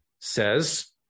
says